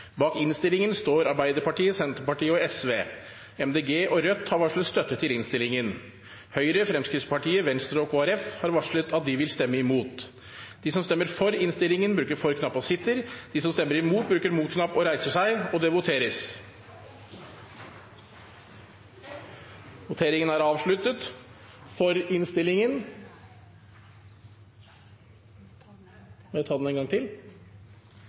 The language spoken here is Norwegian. Bak innstillingen står Arbeiderpartiet, Senterpartiet og Sosialistisk Venstreparti. Kristelig Folkeparti, Miljøpartiet De Grønne og Rødt har varslet støtte til innstillingen. Høyre, Fremskrittspartiet og Venstre har varslet at de vil stemme imot. Dermed er